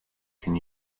can